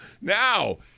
Now